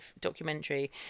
documentary